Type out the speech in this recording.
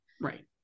right